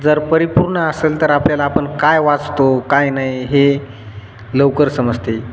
जर परिपूर्ण असेल तर आपल्याला आपण काय वाचतो काय नाही हे लवकर समजते